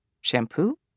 Shampoo